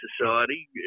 society